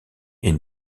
est